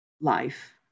life